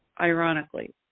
ironically